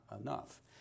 enough